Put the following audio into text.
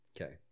Okay